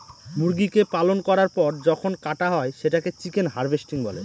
মুরগিকে পালন করার পর যখন কাটা হয় সেটাকে চিকেন হার্ভেস্টিং বলে